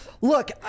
Look